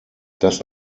das